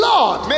Lord